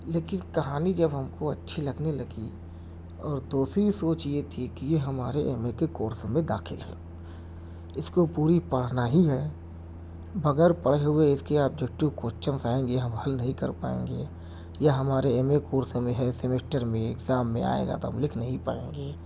لیکن کہانی جب ہم کو اچھی لگنے لگی اور دوسری سوچ یہ تھی کہ یہ ہمارے ایم ایے کے کورس میں داخل ہے اس کو پوری پڑھنا ہی ہے بغیر پڑھے ہوے اس کے آبجیکٹیو کوشچن آئیں گے ہم حل نہیں کر پائیں گے یہ ہمارے ایم ایے کورس میں ہے سمیسٹر میں اگزام میں آئے گا تو ہم لکھ نہیں پائیں گے